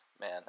Man